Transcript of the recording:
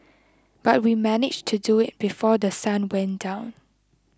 but we managed to do it before The Sun went down